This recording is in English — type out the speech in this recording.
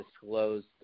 disclosed